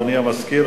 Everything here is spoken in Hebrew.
אדוני המזכיר,